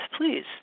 please